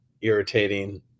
irritating